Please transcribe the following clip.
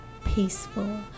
peaceful